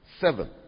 seven